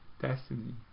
destiny